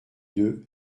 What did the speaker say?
deux